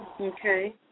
Okay